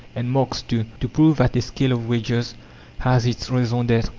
and marx too, to prove that a scale of wages has its raison d'etre,